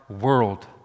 world